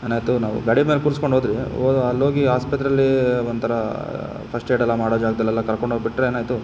ಏನಾಯಿತು ನಾವು ಗಾಡಿ ಮೇಲೆ ಕೂರ್ಸ್ಕೊಂಡು ಹೋದ್ವಿ ಹೋಗ್ ಅಲ್ಲಿ ಹೋಗಿ ಆಸ್ಪತ್ರೆಯಲ್ಲಿ ಒಂಥರ ಫಸ್ಟ್ ಏಡೆಲ್ಲ ಮಾಡೋ ಜಾಗದಲ್ಲೆಲ್ಲ ಕರ್ಕೊಂಡೋಗಿ ಬಿಟ್ಟರೆ ಏನಾಯಿತು